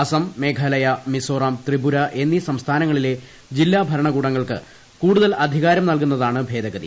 അസം മേഘാലയ മിസോറം ത്രിപുര എന്നീ സംസ്ഥാനങ്ങളിലെ ജില്ലാ ഭരണകൂടങ്ങൾക്ക് കൂടുതൽ അധികാരം നൽകുന്നതാണ് ഭേദഗതി